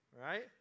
Right